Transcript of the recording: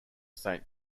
saint